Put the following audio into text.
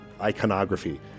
iconography